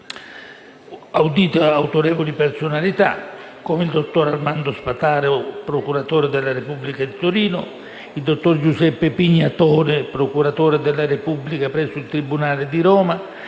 esempio - autorevoli personalità come il dottor Armando Spataro, procuratore della Repubblica di Torino; il dottor Giuseppe Pignatone, procuratore della Repubblica presso il tribunale di Roma